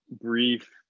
brief